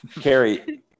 Carrie